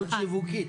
טעות שיווקית.